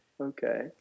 Okay